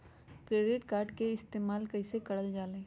Credit card के इस्तेमाल कईसे करल जा लई?